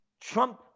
Trump